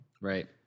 Right